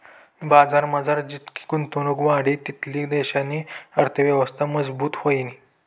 बजारमझार जितली गुंतवणुक वाढी तितली देशनी अर्थयवस्था मजबूत व्हयी